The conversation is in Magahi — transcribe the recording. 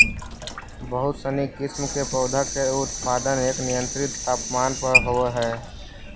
बहुत सनी किस्म के पौधा के उत्पादन एक नियंत्रित तापमान पर होवऽ हइ